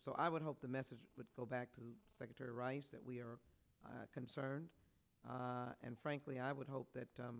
so i would hope the message would go back to secretary rice that we are concerned and frankly i would hope that